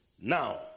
Now